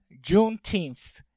Juneteenth